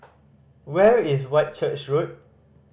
where is Whitchurch Road